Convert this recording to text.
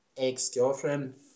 ex-girlfriend